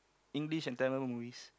English and Tamil movies